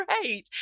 great